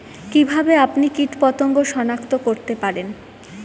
কিভাবে আপনি কীটপতঙ্গ সনাক্ত করতে পারেন?